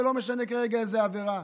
ולא משנה כרגע איזו עבירה,